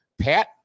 Pat